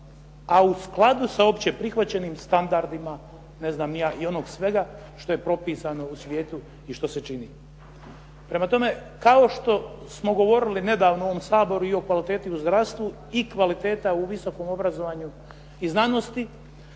a u skladu sa opće prihvaćenim standardima ne znam ni ja i onog svega što je propisano u svijetu i što se čini. Prema tome, kao što smo govorili nedavno u ovom Saboru i o kvaliteti u zdravstvu i kvaliteta u visokom obrazovanju i znanosti